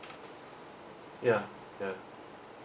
ya ya